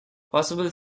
possible